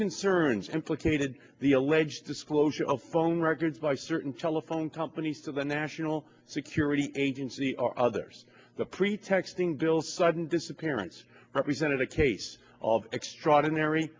concerns implicated the alleged disclosure of phone records by certain telephone companies to the national security agency are others the pretexting bill sudden disappearance represented a case of extraordinary